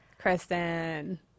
Kristen